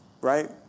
right